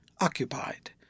occupied